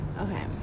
Okay